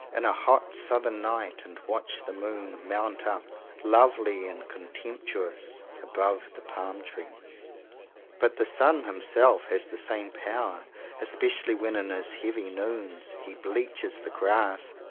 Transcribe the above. in a hot southern night, and watch the moon mount up, lovely and contemptuous, above the palm-trees but the sun himself has the same power especially when in his heavy noons he bleaches the grass,